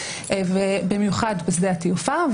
במיוחד בשדה התעופה,